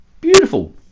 Beautiful